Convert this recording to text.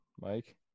Mike